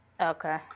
Okay